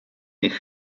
eich